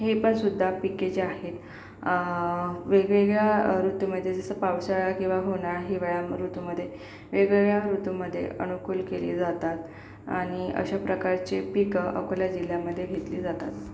हे पण सुद्धा पिके जे आहेत वेगवेगळ्या ऋतूमध्ये जसं पावसाळा किंवा उन्हाळा हिवाळा ऋतूमध्ये वेगवेगळ्या ऋतूमध्ये अनुकूल केली जातात आणि अशा प्रकारचे पिकं अकोला जिल्ह्यामध्ये घेतली जातात